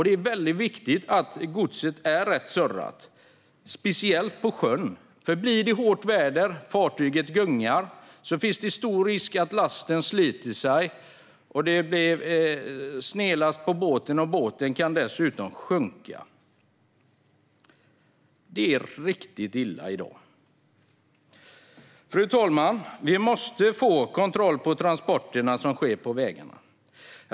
Det är speciellt viktigt på sjön att godset är rätt surrat, för blir det hårt väder och fartyget gungar är risken stor att lasten sliter sig och att det blir snedlast. Båten kan dessutom sjunka. Det är riktigt illa ställt i dag. Fru talman! Vi måste få kontroll på transporterna som sker på vägarna.